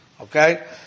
Okay